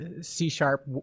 C-sharp